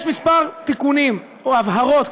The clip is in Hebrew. יש כמה תיקונים או הבהרות,